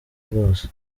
bwose